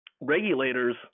regulators